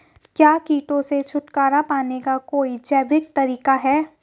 क्या कीटों से छुटकारा पाने का कोई जैविक तरीका है?